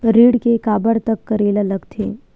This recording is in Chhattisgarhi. ऋण के काबर तक करेला लगथे?